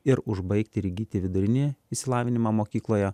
ir užbaigti ir įgyti vidurinį išsilavinimą mokykloje